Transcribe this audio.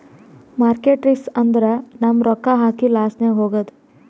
market risk ಅಂದುರ್ ನಮ್ ರೊಕ್ಕಾ ಹಾಕಿ ಲಾಸ್ನಾಗ್ ಹೋಗದ್